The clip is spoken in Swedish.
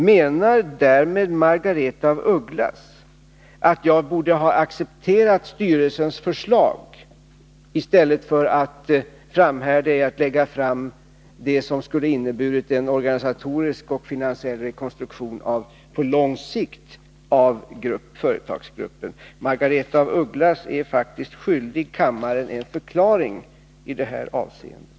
Menar Margaretha af Ugglas därmed att jag borde ha accepterat styrelsens förslag i stället för att framhärda i att lägga fram det som skulle ha inneburit en organisatorisk och finansiell rekonstruktion på lång sikt av företagsgruppen? Margaretha af Ugglas är faktiskt skyldig kammaren en förklaring i det här avseendet.